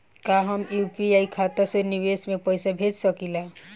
का हम यू.पी.आई खाता से विदेश में पइसा भेज सकिला?